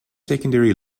secondary